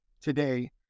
today